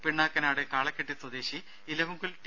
പിണ്ണാക്കനാട് കാളകെട്ടി സ്വദേശി ഇലവുങ്കൽ ടി